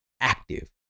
active